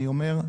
אני אומר,